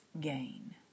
gain